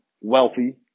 wealthy